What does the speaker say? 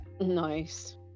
Nice